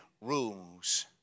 rules